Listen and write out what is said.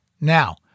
Now